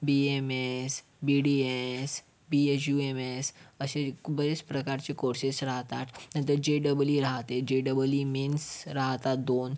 बी M S B D S B H U M S असे बरेच प्रकारचे courses राहतात नंतर जे डबल ई राहते जे डबल ई मेन्स राहतात दोन